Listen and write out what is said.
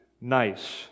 nice